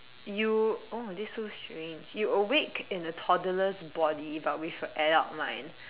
you oh this is so strange you awake in a toddler's body but with an adult mind